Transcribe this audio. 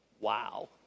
Wow